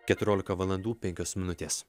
keturiolika valandų penkios minutės